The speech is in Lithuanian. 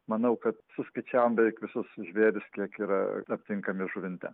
manau kad suskaičiavom beveik visus žvėris kiek yra aptinkami žuvinte